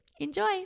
Enjoy